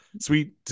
sweet